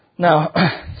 Now